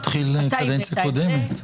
זה התחיל בקדנציה הקודמת.